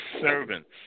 servants